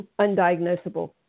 undiagnosable